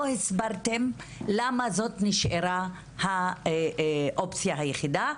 לא הסברתם למה זאת נשארה האופציה היחידה,